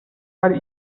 are